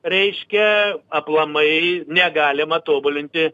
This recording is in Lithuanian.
reiškia aplamai negalima tobulinti